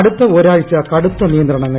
അടുത്ത ഒരാഴ്ച കടുത്ത നിയന്ത്രണങ്ങൾ